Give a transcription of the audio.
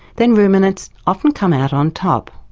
then ruminants often come out on top.